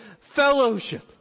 fellowship